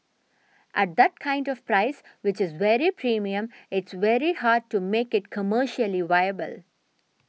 at that kind of price which is very premium it's very hard to make it commercially viable